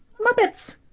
Muppets